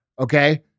okay